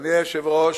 אדוני היושב-ראש,